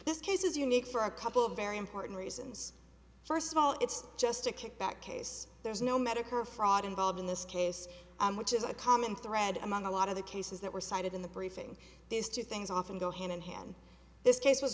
this case is unique for a couple of very important reasons first of all it's just a kickback case there's no medicare fraud involved in this case which is a common thread among a lot of the cases that were cited in the briefing these two things often go hand in hand this case was